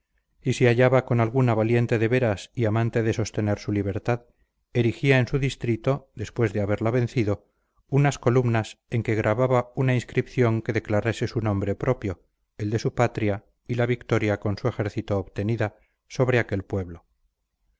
y si hallaba con alguna valiente de veras y amante de sostener su libertad erigía en su distrito después de haberla vencido unas columnas en que grababa una inscripción que declarase su nombre propio el de su patria y la victoria con su ejército obtenida sobra aquel pueblo